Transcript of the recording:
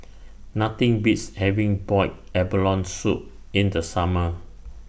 Nothing Beats having boiled abalone Soup in The Summer